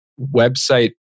website